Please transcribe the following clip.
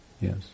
Yes